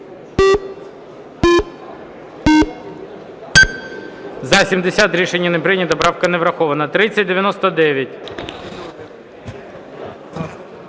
За-70 Рішення не прийнято. Правка не врахована. 3099.